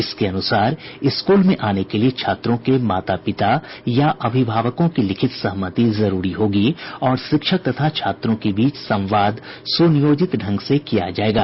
इसके अनुसार स्कूल में आने के लिए छात्रों के माता पिता या अभिभावकों की लिखित सहमति जरूरी होगी और शिक्षक तथा छात्रों के बीच संवाद सुनियोजित ढंग से किया जायेगा